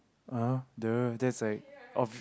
uh duh the that's like of